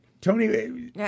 Tony